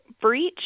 breach